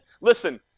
Listen